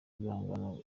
ibihangano